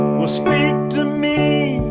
well, speak to me,